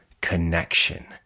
connection